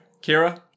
Kira